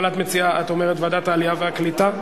אבל את אומרת ועדת העלייה והקליטה?